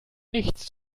nichts